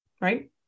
right